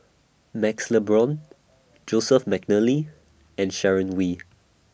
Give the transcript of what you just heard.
MaxLe Blond Joseph Mcnally and Sharon Wee